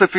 F